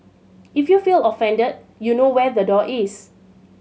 if you feel offended you know where the door is